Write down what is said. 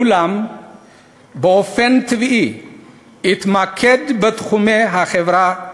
אולם באופן טבעי אתמקד בתחומי החברה,